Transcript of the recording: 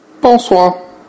Bonsoir